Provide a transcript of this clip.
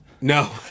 No